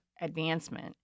advancement